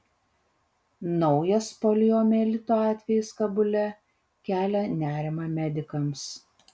naujas poliomielito atvejis kabule kelia nerimą medikams